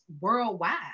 worldwide